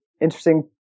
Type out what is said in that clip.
interesting